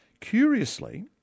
Curiously